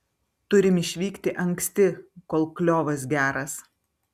turim išvykti anksti kol kliovas geras